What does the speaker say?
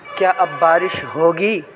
کیا اب بارش ہوگی